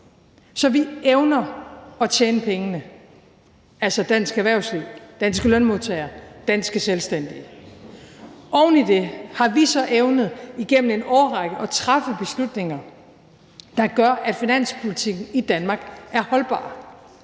Så vi evner at tjene pengene, altså dansk erhvervsliv, danske lønmodtagere og danske selvstændige. Oven i det har vi så evnet igennem en årrække at træffe beslutninger, der gør, at finanspolitikken i Danmark er holdbar,